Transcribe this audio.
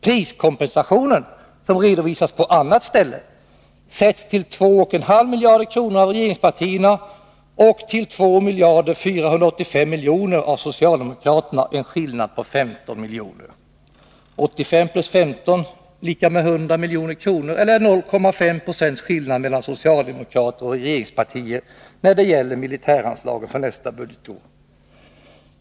Priskompensationen, som redovisas på annat ställe, sätts till 2 500 milj.kr. av regeringspartierna och till 2 485 milj.kr. av socialdemokraterna — en skillnad på 15 milj.kr. 85 miljoner + 15 miljoner = 100 milj.kr. eller 0,5 90 skillnad mellan socialdemokrater och regeringspartier när det gäller militäranslagen för nästa budgetår!